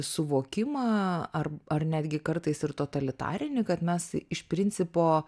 suvokimą ar ar netgi kartais ir totalitarinį kad mes iš principo